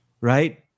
Right